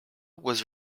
was